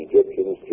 Egyptians